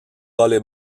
volley